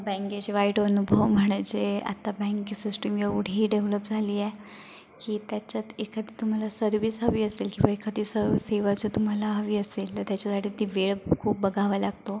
बँकेचे वाईट अनुभव म्हणजे आता बँक सिस्टिम एवढी डेव्हलप झाली आहे की त्याच्यात एखादी तुम्हाला सर्विस हवी असेल किंवा एखादी सर्वि सेवा तुम्हाला हवी असेल तर त्याच्यासाठी ती वेळ खूप बघावा लागतो